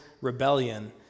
Rebellion